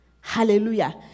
hallelujah